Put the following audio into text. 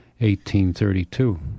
1832